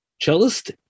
cellist